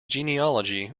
genealogy